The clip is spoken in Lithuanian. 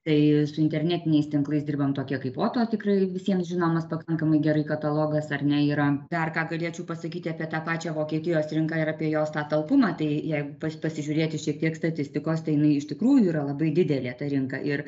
tai su internetiniais tinklais dirbam tokie kaip oto tikrai visiems žinomas pakankamai gerai katalogas ar ne yra dar ką galėčiau pasakyti apie tą pačią vokietijos rinką ir apie jos tą talpumą bei jeigu pats pasižiūrėti šiek tiek statistikos tai jinai iš tikrųjų yra labai didelė rinka ir